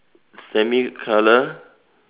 semi color